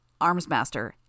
Armsmaster